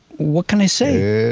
what can i say?